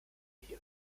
hier